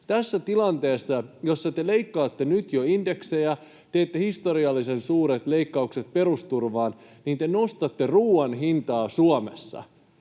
Tässä tilanteessa, jossa te leikkaatte nyt jo indeksejä ja teette historiallisen suuret leikkaukset perusturvaan, te nostatte Suomessa